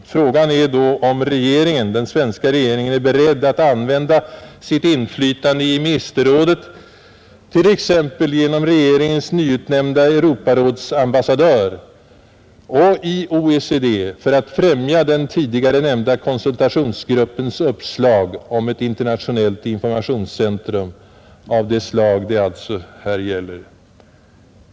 Frågan är då om den svenska regeringen är beredd att använda sitt inflytande i ministerrådet — t.ex. genom regeringens nyutnämnda Europarådsambassadör — och i OECD för att främja den tidigare nämnda konsultationsgruppens uppslag om ett internationellt informationscentrum av det slag det här gäller.